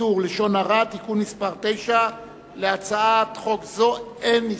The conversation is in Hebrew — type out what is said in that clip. איסור לשון הרע (תיקון מס' 9). להצעת חוק זאת אין הסתייגויות.